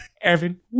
Evan